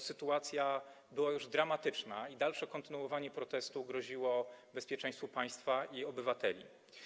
Sytuacja była dramatyczna i kontynuowanie protestu groziło bezpieczeństwu państwa i obywateli.